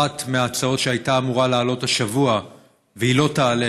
אחת ההצעות שהייתה אמורה לעלות השבוע ולא תעלה